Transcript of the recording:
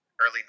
early